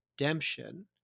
redemption